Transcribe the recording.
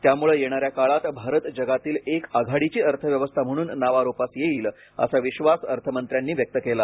त्यामुळे येणाऱ्या काळात भारत जगातील एक आघाडीची अर्थव्यवस्था म्हणून नावारूपास येईल असा विश्वास अर्थमंत्र्यांनी व्यक्त केला